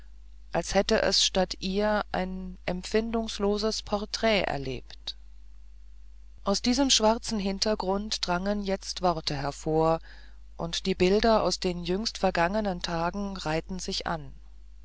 als hätte es statt ihr ein empfindungsloses porträt erlebt aus diesem schwarzen hintergrund drangen jetzt worte hervor und die bilder aus den jüngst vergangenen tagen reihten sich an